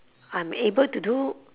I'm able to do